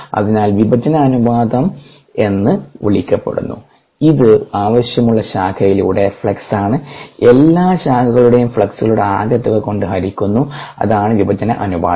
അതിനാൽ വിഭജന അനുപാതം എന്ന് വിളിക്കപ്പെടുന്നു ഇത് ആവശ്യമുള്ള ശാഖയിലൂടെയുള്ള ഫ്ലക്സ് ആണ് എല്ലാ ശാഖകളിലൂടെയും ഫ്ലക്സുകളുടെ ആകെത്തുക കൊണ്ട് ഹരിക്കുന്നു അതാണ് വിഭജന അനുപാതം